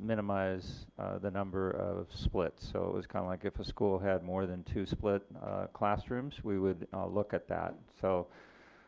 minimize the number of splits so it was kind of like if the school had more than two split classrooms, we would look at that. so